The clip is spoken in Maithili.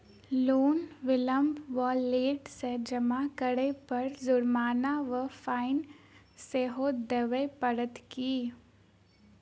लोन विलंब वा लेट सँ जमा करै पर जुर्माना वा फाइन सेहो देबै पड़त की?